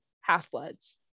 half-bloods